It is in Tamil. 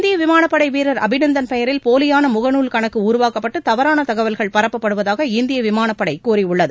இந்திய விமாளப் படை வீரர் அபிநந்தன் பெயரில் போலியான முகநூல் கணக்கு உருவாக்கப்பட்டு தவறான தகவல்கள் பரப்பப்படுவதாக இந்திய விமானப்படை கூறியுள்ளது